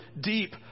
deep